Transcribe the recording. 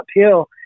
uphill